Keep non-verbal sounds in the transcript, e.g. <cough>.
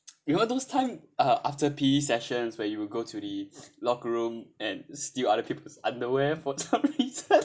you know those time uh after P_E sessions where you will go to the locker room and steal other people's underwear for some reason <laughs>